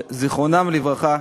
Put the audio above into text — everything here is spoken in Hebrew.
זיכרונם לברכה,